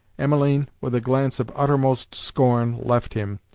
emmeline, with a glance of uttermost scorn, left him,